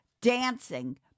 dancing